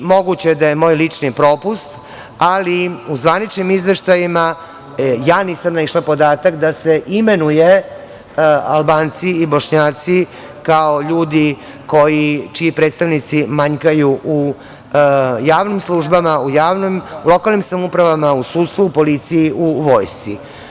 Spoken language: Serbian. Moguće je da je moj lični propust, ali u zvaničnim izveštajima ja nisam naišla na podatak da se imenuju Albanci i Bošnjaci kao ljudi čiji predstavnici manjkaju u javnim službama u lokalnim samoupravama, u sudstvu, u policiji, u vojsci.